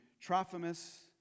Trophimus